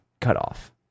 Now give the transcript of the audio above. cutoff